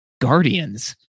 guardians